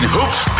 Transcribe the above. Hoops